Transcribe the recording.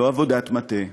לא עבודת מטה,